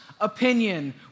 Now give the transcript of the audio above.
opinion